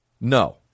no